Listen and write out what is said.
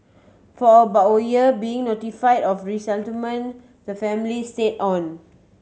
for about a year being notify of resettlement the family stayed on